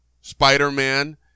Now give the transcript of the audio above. spider-man